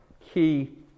key